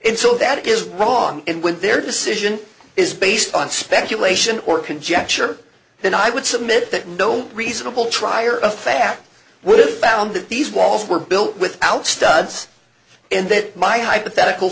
in so that it is wrong and with their decision is based on speculation or conjecture then i would submit that no reasonable trier of fact would found that these walls were built without studs and that my hypothetical